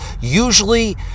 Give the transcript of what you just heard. Usually